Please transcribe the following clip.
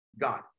God